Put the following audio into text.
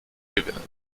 gewinnen